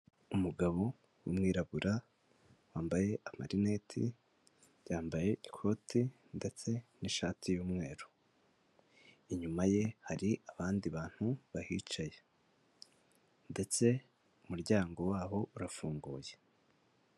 Umugabo w'umwirabura wambaye amarineti, yambaye ikote ndetse n'ishati y'umweru. Inyuma ye hari abandi bantu bahicaye ndetse umuryango waho urafunguye.